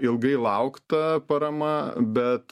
ilgai laukta parama bet